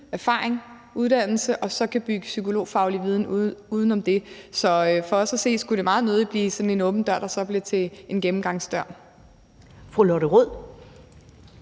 erfaring, uddannelse og så kan bygge psykologfaglig viden oven på det. Så for os at se skulle det meget nødig blive en åben dør, der så bliver til en gennemgangsdør.